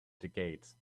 decades